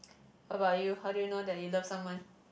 how about you how do you know that you love someone